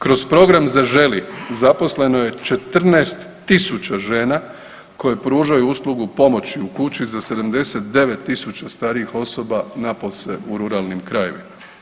Kroz program Zaželi zaposleno je 14.000 žena koje pružaju uslugu pomoći u kući za 79.000 starijih osoba napose u ruralnim krajevima.